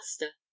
master